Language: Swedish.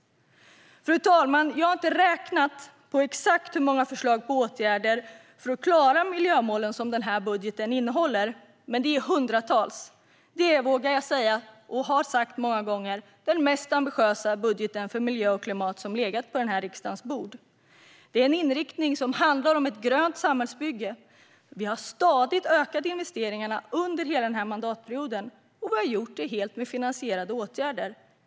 Fru talman! Jag har inte räknat på exakt hur många förslag på åtgärder för att klara miljömålen den här budgeten innehåller. Men det är hundratals. Jag vågar säga, och jag har sagt det många gånger, att det är den mest ambitiösa budgeten för miljö och klimat som har legat på den här riksdagens bord. Det är en inriktning som handlar om ett grönt samhällsbygge. Vi har stadigt ökat investeringarna under hela mandatperioden, och vi har gjort det helt och hållet med finansierade åtgärder.